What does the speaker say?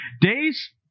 days